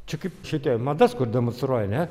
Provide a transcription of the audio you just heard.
čia kaip šitie madas kur demonstruoja ne